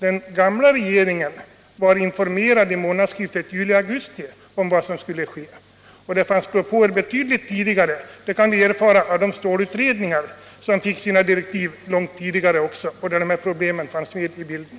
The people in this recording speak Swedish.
Den gamla regeringen var informerad vid månadsskiftet juli-augusti om vad som skulle hända, och det fanns propåer betydligt tidigare; det kan vi erfara av de stålutredningar som fick sina direktiv långt dessförinnan. Där fanns nämligen de här problemen med i bilden.